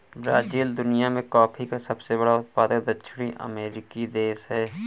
Brazil दुनिया में coffee का सबसे बड़ा उत्पादक दक्षिणी अमेरिकी देश है